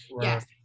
yes